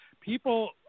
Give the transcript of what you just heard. People